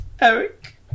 Eric